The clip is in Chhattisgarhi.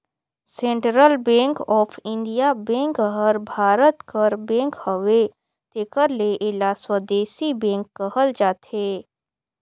central bank of India bank हर भारत कर बेंक हवे तेकर ले एला स्वदेसी बेंक कहल जाथे